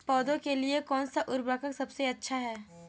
पौधों के लिए कौन सा उर्वरक सबसे अच्छा है?